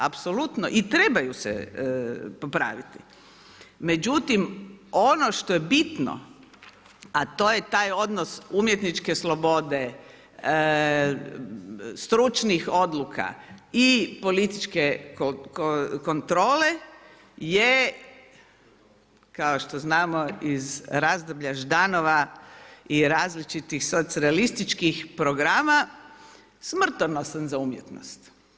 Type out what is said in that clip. Apsolutno i trebaju se popraviti, međutim ono što je bitno a to je taj odnos umjetničke slobode, stručnih odluka i političke kontrole je, kao što znamo iz razdoblja Ždanova i različitih soc-realističkih programa, smrtonosan za umjetnost.